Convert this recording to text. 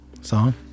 song